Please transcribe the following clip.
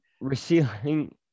Receiving